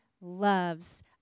loves